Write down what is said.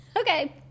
Okay